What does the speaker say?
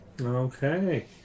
Okay